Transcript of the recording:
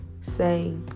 say